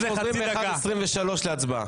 חוזרים ב-1:23 להצבעה.